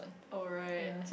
alright